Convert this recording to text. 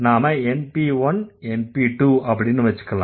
நாம NP 1 NP 2 அப்படின்னு வெச்சுக்கலாம்